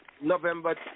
November